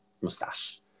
mustache